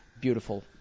beautiful